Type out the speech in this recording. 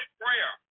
prayer